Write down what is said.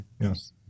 Yes